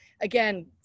Again